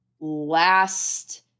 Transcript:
last